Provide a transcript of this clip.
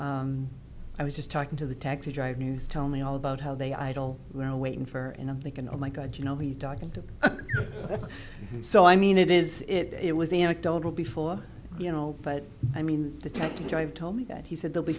and i was just talking to the taxi driver news tell me all about how they idle who are waiting for and i'm thinking oh my god you know he talked to so i mean it is it was anecdotal before you know but i mean the time to drive told me that he said they'll be